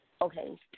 okay